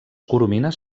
coromines